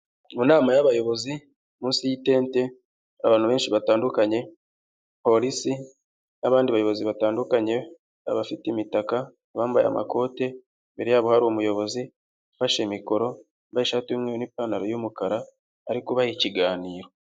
Mu nama y'abayobozi munsi y'itente abantu benshi batandukanye polisi n'abandi bayobozi batandukanye, abafite imitaka abambaye amakote imbere yabo hari umuyobozi ufashe mikoro wambaye ishati y'umweru n'ipantaro y'umukara ari kubaha ikiganiro.